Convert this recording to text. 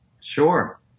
Sure